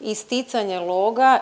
Isticanje loga